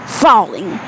falling